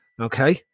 Okay